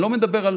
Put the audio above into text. אני לא מדבר על